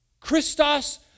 Christos